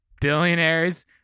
Billionaires